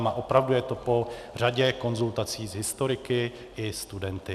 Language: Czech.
A opravdu je to po řadě konzultací s historiky i studenty.